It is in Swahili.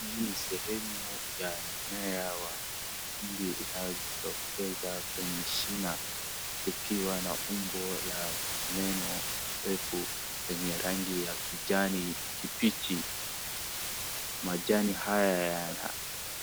Huu ni sehemu ya mmea wa mahindi inayojitokeza kwenye shina, likiwa na umbo la meno refu lenye rangi ya kijani kibichi. Majani haya yana